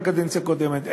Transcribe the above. בקדנציה הקודמת.